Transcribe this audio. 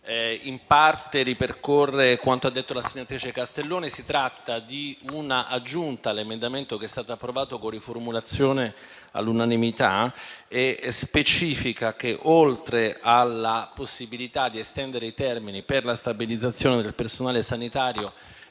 in parte ripercorre quanto ha detto la senatrice Castellone. Si tratta di una aggiunta all'emendamento che è stata approvato, con riformulazione, all'unanimità e specifica che, oltre alla possibilità di estendere i termini per la stabilizzazione del personale «sanitario,